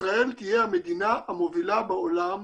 שישראל תהיה המדינה המובילה בעולם